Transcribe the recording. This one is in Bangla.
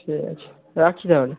ঠিক আছে রাখছি তাহলে